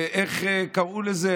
איך קראו לזה?